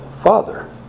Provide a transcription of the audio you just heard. Father